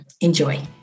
enjoy